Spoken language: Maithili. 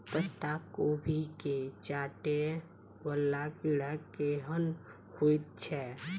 पत्ता कोबी केँ चाटय वला कीड़ा केहन होइ छै?